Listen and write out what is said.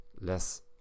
less